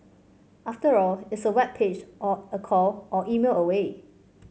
after all it's a web page or a call or email away